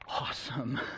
awesome